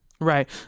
Right